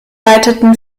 leiteten